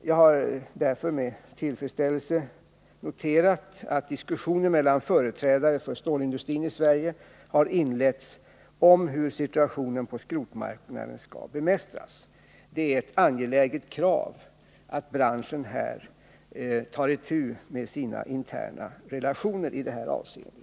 Jag har därför med tillfredsställelse noterat att diskussioner mellan företrädare för stålindustrin i Sverige har inletts om hur situationen på skrotmarknaden skall bemästras. Det är ett angeläget krav att branschen tar itu med sina interna relationer i detta avseende.